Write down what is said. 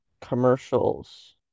commercials